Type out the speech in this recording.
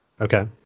Okay